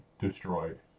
destroyed